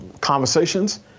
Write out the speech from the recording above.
conversations